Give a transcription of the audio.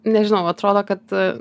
nežinau atrodo kad